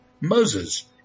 Moses